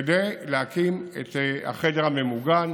כדי להקים את החדר הממוגן.